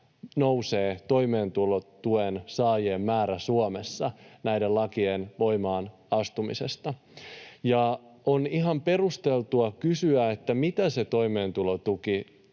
nousee toimeentulotuen saajien määrä Suomessa. On ihan perusteltua kysyä, mitä se toimeentulotuki